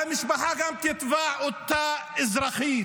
והמשפחה גם תתבע אותה אזרחית,